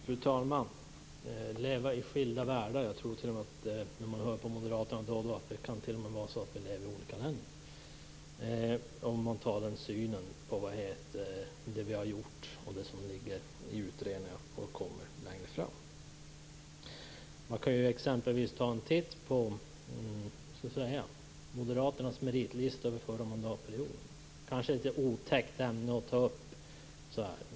Fru talman! Att leva i skilda världar - när jag hör moderaterna kan jag t.o.m. tro att vi lever i olika länder med tanke på deras syn på vad vi har gjort och på vad som ligger i utredningar och kommer längre fram. Man kan exempelvis ta en titt på Moderaternas meritlista under den förra mandatperioden. Det kanske är ett litet otäckt ämne att ta upp.